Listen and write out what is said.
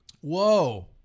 Whoa